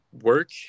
work